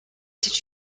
did